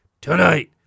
tonight